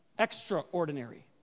extraordinary